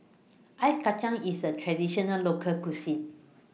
Ice Kacang IS A Traditional Local Cuisine